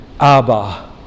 Abba